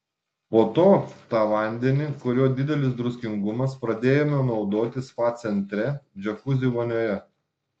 po to tą vandenį kurio didelis druskingumas pradėjome naudoti spa centre džiakuzi vonioje